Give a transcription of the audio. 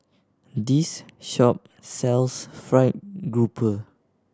this shop sells fried grouper